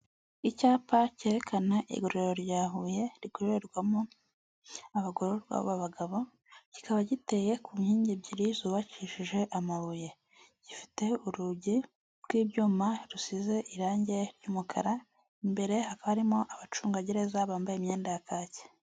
Icyapa cyerekana igororero rya Huye rigororerwamo abagororwa b'abagabo, kikaba giteye ku nkingi ebyiri zubakishije amabuye, gifite urugi rw'ibyuma rusize irangi ry'umukara, imbere hakaba harimo abacungagereza bambaye imyenda ya kaki.